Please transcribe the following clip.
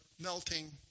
melting